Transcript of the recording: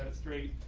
ah straight.